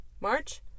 March